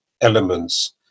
elements